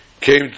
came